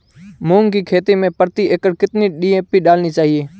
मूंग की खेती में प्रति एकड़ कितनी डी.ए.पी डालनी चाहिए?